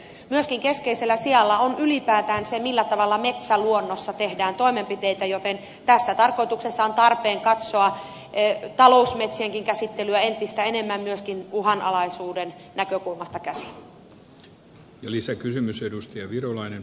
myöskin keskeisellä sijalla on ylipäätään se millä tavalla metsäluonnossa tehdään toimenpiteitä joten tässä tarkoituksessa on tarpeen katsoa talousmetsienkin käsittelyä entistä enemmän myöskin uhanalaisuuden näkökulmasta